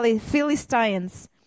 Philistines